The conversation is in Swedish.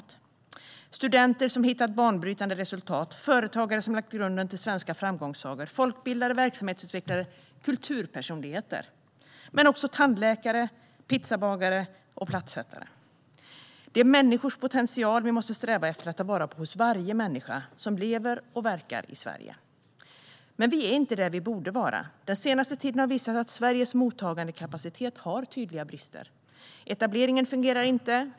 Det handlar om studenter som hittat banbrytande resultat, om företagare som lagt grunden till svenska framgångssagor, om folkbildare, om verksamhetsutvecklare och om kulturpersonligheter. Men det handlar också om tandläkare, pizzabagare och plattsättare. Det är människors potential vi måste sträva efter att ta vara på, hos varje människa som lever och verkar i Sverige. Men vi är inte där vi borde vara. Den senaste tiden har visat att Sveriges mottagandekapacitet har tydliga brister. Etableringen fungerar inte.